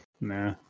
Nah